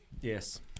Yes